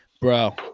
bro